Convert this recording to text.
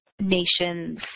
nations